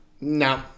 no